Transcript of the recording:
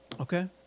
Okay